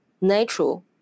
natural